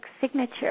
signature